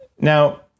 Now